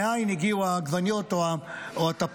מאין הגיעו העגבניות או התפוחים.